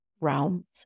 realms